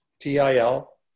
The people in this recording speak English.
T-I-L